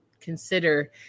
consider